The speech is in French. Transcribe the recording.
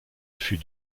fut